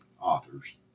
authors